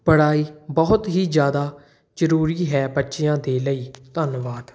ਪੜ੍ਹਾਈ ਬਹੁਤ ਹੀ ਜ਼ਿਆਦਾ ਜ਼ਰੂਰੀ ਹੈ ਬੱਚਿਆਂ ਦੇ ਲਈ ਧੰਨਵਾਦ